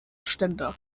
ständer